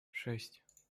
шесть